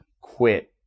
quit